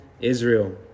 Israel